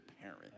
parent